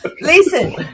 Listen